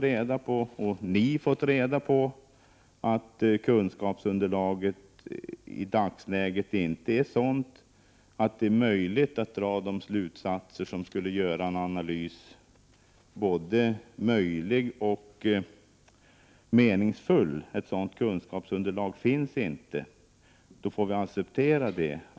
Nu har jag — och ni — fått reda på att kunskapsunderlaget i dagsläget inte är sådant att det är möjligt att dra de slutsatser som skulle göra en analys både möjlig och meningsfull. Ett sådant kunskapsunderlag finns inte. Då får vi acceptera det.